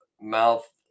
mouth